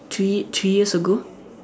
three three years ago